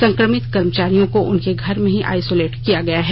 संकमित कर्मचारियों को उनके घर में ही आइ गोलेट किया गया है